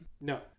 No